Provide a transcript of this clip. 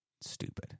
stupid